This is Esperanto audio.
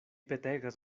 petegas